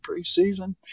preseason